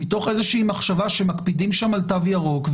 מתוך איזה מחשבה שמקפידים שם על תו ירוק,